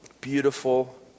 beautiful